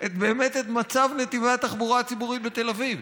את מצב נתיבי התחבורה הציבורית בתל אביב,